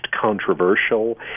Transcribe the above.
controversial